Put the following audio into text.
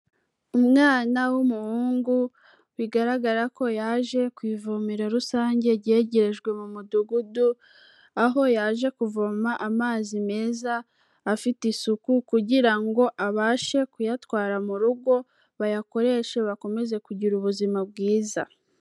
Umwana w'umuhungu bigaragara ko yaje ku ivomera rusange ryegerejwe mu mudugudu, aho yaje kuvoma amazi meza afite isuku kugira ngo abashe kuyatwara mu rugo, bayakoreshe, bakomeze kugira ubuzima bwiza.